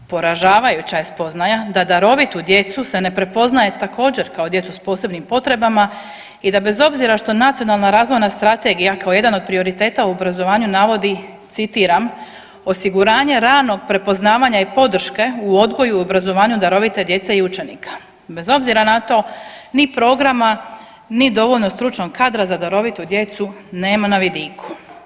Poražavajuća je spoznaja da darovitu djecu se ne prepoznaje također kao djecu s posebnim potrebama i da bez obzira što Nacionalna razvojna strategija kao jedan od prioriteta u obrazovanju navodi citiram, osiguranje ranog prepoznavanja i podrške u odgoju i obrazovanju darovite djece i učenika, bez obzira na to ni programa, ni dovoljno stručnog kadra za darovitu djecu nema na vidiku.